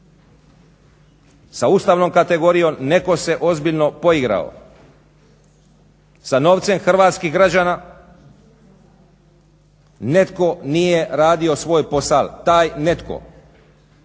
sa ustavnom kategorijom, netko se ozbiljno poigrao sa novcem hrvatskih građana, netko nije radio svoj posao. Taj netko